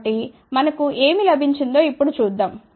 కాబట్టి మనకు ఏమి లభించిందో ఇప్పుడు చూద్దాం